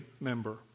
member